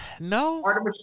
no